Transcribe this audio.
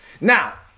Now